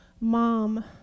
mom